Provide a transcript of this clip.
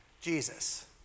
Jesus